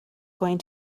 going